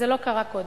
וזה לא קרה קודם,